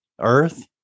earth